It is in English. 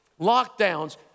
Lockdowns